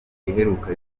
iheruka